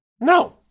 No